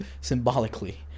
symbolically